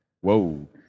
Whoa